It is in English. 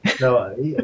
No